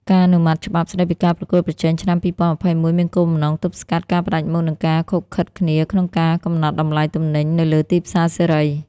ការអនុម័តច្បាប់ស្ដីពីការប្រកួតប្រជែងឆ្នាំ ២០២១ មានគោលបំណងទប់ស្កាត់ការផ្ដាច់មុខ និងការឃុបឃិតគ្នាក្នុងការកំណត់តម្លៃទំនិញនៅលើទីផ្សារសេរី។